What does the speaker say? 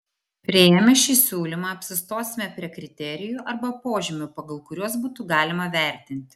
priėmę šį siūlymą apsistosime prie kriterijų arba požymių pagal kuriuos būtų galima vertinti